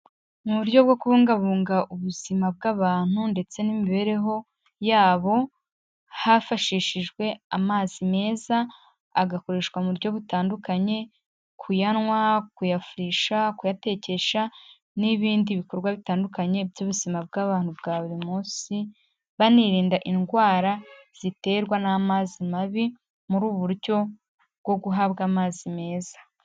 Mu buryo bwo kubungabunga ubuzima bw'abantu ndetse n'imibereho yabo, hafashishijwe amazi meza, agakoreshwa mu buryo butandukanye, kuyanywa, kuyafurisha, kuyatekesha n'ibindi bikorwa bitandukanye by'ubuzima bw'abantu bwa buri munsi, banirinda indwara ziterwa n'amazi mabi, muri ubu buryo bwo guhabwa amazi meza.